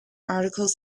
articles